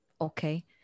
Okay